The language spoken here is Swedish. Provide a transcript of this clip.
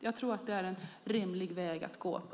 Jag tror att det är en rimlig väg att gå.